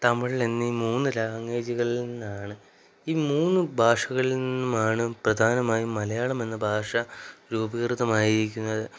തമിഴിൽ എന്നീ മൂന്ന് ലാംഗ്വേജുകളിൽ നിന്നാണ് ഈ മൂന്ന് ഭാഷകളിൽ നിന്നുമാണ് പ്രധാനമായും മലയാളം എന്ന ഭാഷ രൂപീകൃതമായിരിക്കുന്നത്